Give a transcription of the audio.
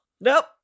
Nope